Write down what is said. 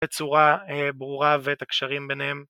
בצורה ברורה ואת הקשרים ביניהם.